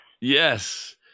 Yes